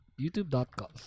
YouTube.com